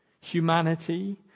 humanity